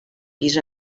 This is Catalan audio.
pis